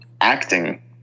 acting